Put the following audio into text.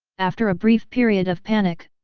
after a brief period of panic,